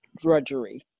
drudgery